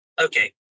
Okay